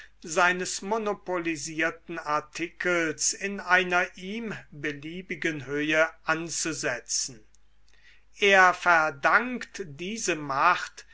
seines monopolisierten artikels in einer ihm beliebigen höhe anzusetzen er verdankt diese macht